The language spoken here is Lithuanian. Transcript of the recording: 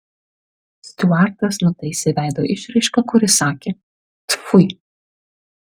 stiuartas nutaisė veido išraišką kuri sakė tfui